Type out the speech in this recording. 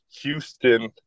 Houston